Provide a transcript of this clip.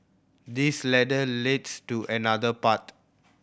this ladder leads to another path